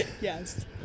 yes